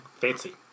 Fancy